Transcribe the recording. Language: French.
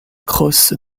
crosse